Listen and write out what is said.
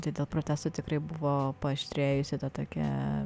tai dėl protestų tikrai buvo paaštrėjusi tokia